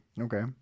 Okay